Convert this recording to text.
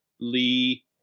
Lee